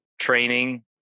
training